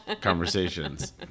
conversations